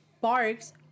barks